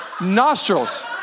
nostrils